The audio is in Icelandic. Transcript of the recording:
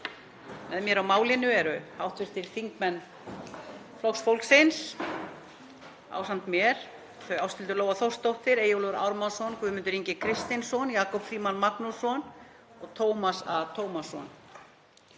Með mér á málinu eru hv. þingmenn Flokks fólksins; ásamt mér þau Ásthildur Lóa Þórsdóttir, Eyjólfur Ármannsson, Guðmundur Ingi Kristinsson, Jakob Frímann Magnússon og Tómas A. Tómasson.